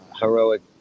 heroic